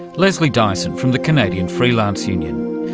leslie dyson from the canadian freelance union.